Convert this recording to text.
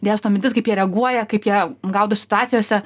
dėsto mintis kaip jie reaguoja kaip jie gaudos situacijose